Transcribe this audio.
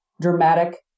dramatic